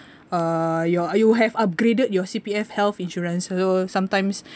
uh your you have upgraded your C_P_F health insurance so sometimes